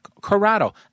Corrado